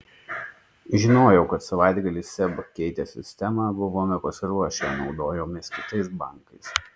žinojau kad savaitgalį seb keitė sistemą buvome pasiruošę naudojomės kitais bankais